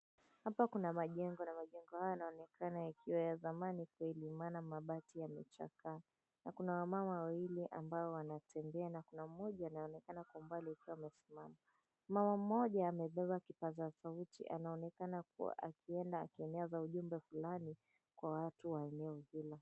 Hapa kuna majengo na majengo hayo yanaonekana yakiwa ya zamani kweli maana mabati yamechakaa na kuna wamama wawili ambao wanatembea na kuna mmoja anayeonekana kwa umbali akiwa amesimama. Mama mmoja amebeba kipaza sauti anaonekana kua akienda akieneza ujumbe fulani kwa watu wa eneo hilo.